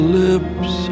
lips